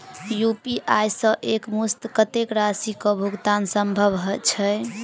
UPI सऽ एक मुस्त कत्तेक राशि कऽ भुगतान सम्भव छई?